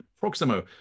Proximo